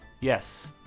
Yes